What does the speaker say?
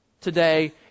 today